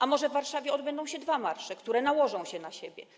A może w Warszawie odbędą się dwa marsze, które nałożą się na siebie?